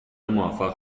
موفق